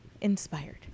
inspired